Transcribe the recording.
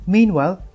Meanwhile